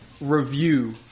review